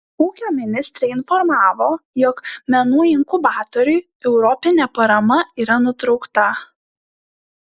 ūkio ministrė informavo jog menų inkubatoriui europinė parama yra nutraukta